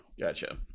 gotcha